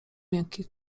miękkie